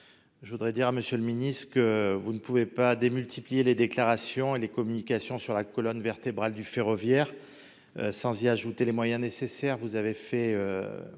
pour avis. Monsieur le ministre, vous ne pouvez démultiplier les déclarations et les communications sur « la colonne vertébrale du ferroviaire » sans ajouter les moyens nécessaires.